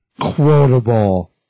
quotable